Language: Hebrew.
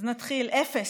אז נתחיל: אפס.